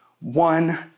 One